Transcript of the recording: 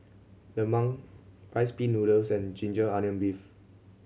lemang Rice Pin Noodles and ginger onion beef